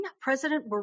President